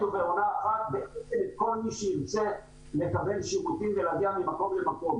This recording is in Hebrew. ובעונה אחת את כל מי שירצה לקבל שירותים ולהגיע ממקום למקום.